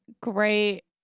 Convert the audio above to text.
great